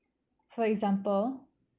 for example